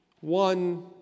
one